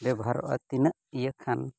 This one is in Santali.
ᱵᱮᱵᱚᱦᱟᱨᱚᱜᱼᱟ ᱛᱤᱱᱟᱹᱜ ᱤᱭᱟᱹ ᱠᱷᱟᱱ